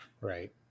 Right